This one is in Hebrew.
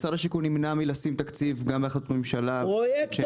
משרד השיכון נמנע מלשים תקציב גם בהחלטות ממשלה --- פרויקטורים.